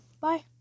Bye